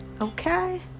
Okay